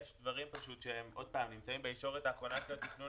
יש דברים שנמצאים בישורת האחרונה של התכנון